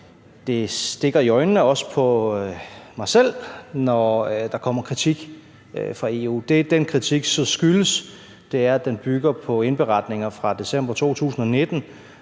det stikker i øjnene – også på mig selv – når der kommer kritik fra EU. Det, den kritik så skyldes, er, at den bygger på indberetninger fra december 2019,